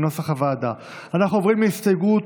אנחנו עוברים להסתייגות